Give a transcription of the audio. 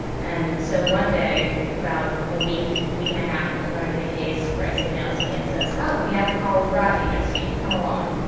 and so one day, about a week, week and a half into learning the case, bryce emails me and says oh, we have a call with rodney next week. come along.